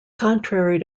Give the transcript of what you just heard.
contrary